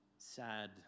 Sad